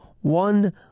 one